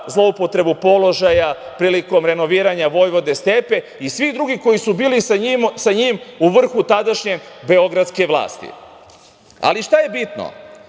zloupotrebu položaja prilikom renoviranja Vojvode Stepe i svi drugi koji su bili sa njim u vrhu tadašnje beogradske vlasti. Šta je bitno?